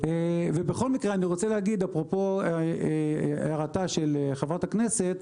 בכל מקרה, אפרופו הערתה של חברת הכנסת,